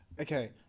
okay